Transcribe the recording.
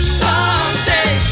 someday